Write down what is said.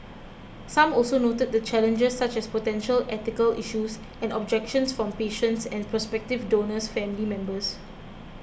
some also noted the challenges such as potential ethical issues and objections from patients and prospective donor's family members